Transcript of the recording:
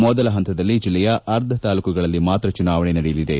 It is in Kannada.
ಮೊದಲ ಹಂತದಲ್ಲಿ ಜಿಲ್ಲೆಯ ಅರ್ಧ ತಾಲೂಕುಗಳಲ್ಲಿ ಮಾತ್ರ ಚುನಾವಣೆ ನಡೆಯಲಿದೆ